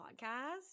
podcast